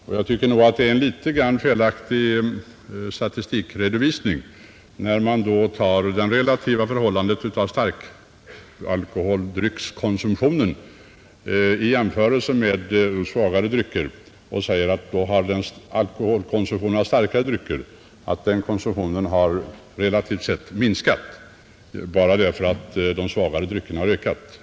Och jag tycker att man gör en felaktig statistikredovisning när man jämför konsumtionen av starkare och svagare alkoholdrycker och säger att konsumtionen av starkare drycker minskat därför att konsumtionen av svagare drycker ökat.